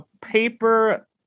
paper